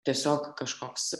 tiesiog kažkoks